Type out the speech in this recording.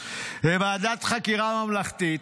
ועדת חקירה ממלכתית,